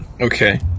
Okay